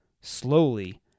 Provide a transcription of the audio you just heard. Slowly